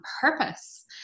purpose